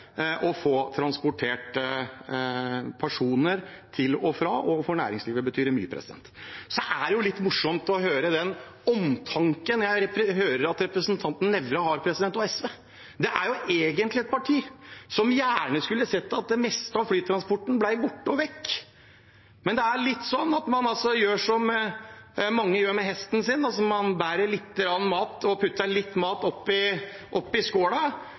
betyr det mye. Så er det litt morsomt å høre den omtanken representanten Nævra og SV har. Det er egentlig et parti som gjerne skulle sett at det meste av flytransporten ble borte vekk. Men det er litt sånn at man gjør som mange gjør med hesten sin: Man putter litt mat oppi skåla, og når tiden bare har gått litt,